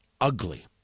ugly